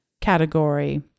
category